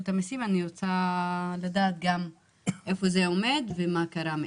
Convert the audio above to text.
רוצה לדעת איפה זה עומד ומה קרה מאז.